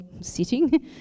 sitting